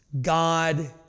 God